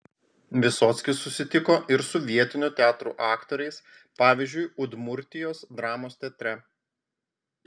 vysockis susitiko ir su vietinių teatrų aktoriais pavyzdžiui udmurtijos dramos teatre